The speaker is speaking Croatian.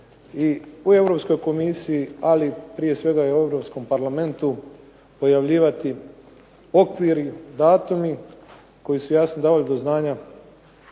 komisiji, ali prije svega i u Europskom parlamentu pojavljivati okviri, datumi koji su jasno davali do znanja